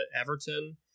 Everton